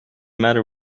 matter